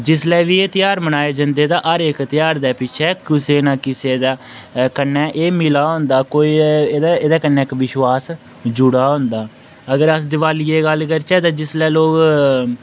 जिसलै बी एह् ध्यार मनाए जंदे ते हर इक ध्यार दे पिच्छै किसै ना किसै दा कन्नै एह् मिला दा होंदा कोई एह्दा कन्नै विश्वास जुड़े दा होंदा अगर अस दिवालियै दी गल्ल करचै जिसलै लोक